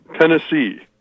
Tennessee